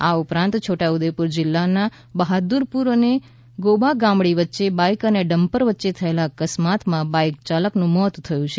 આ ઉપરાંત છોટા ઉદેપુર જિલ્લાનાં બહાદુરપુર અને ગોળાગામડી વચ્ચે બાઈક અને ડમ્પર વચ્ચે થયેલા અકસ્માતમાં બાઈક યાલકનું મોત થયું છે